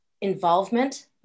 involvement